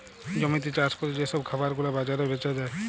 জমিতে চাষ ক্যরে যে সব খাবার গুলা বাজারে বেচা যায়